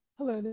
hello,